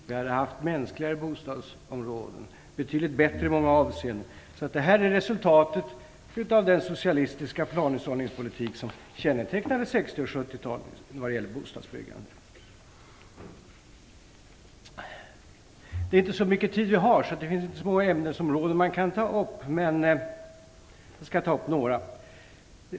Vi skulle ha haft mänskligare bostadsområden, som hade varit betydligt bättre i många avseenden. Det här är resultatet av den socialistiska planhushållningspolitik som kännetecknade 60 och 70-talet när det gäller bostadsbyggandet. Eftersom talartiden inte är så lång är det inte så många ämnesområden man kan ta upp. Jag skall dock ta upp några.